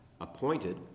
appointed